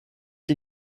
die